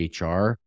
HR